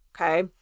Okay